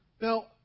Now